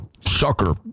sucker